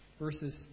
verses